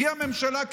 הגיעה ממשלה,